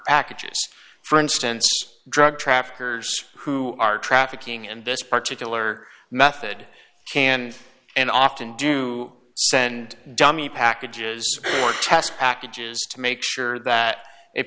packages for instance drug traffickers who are trafficking and this particular method can and often do send dummy packages or test packages to make sure that